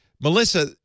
Melissa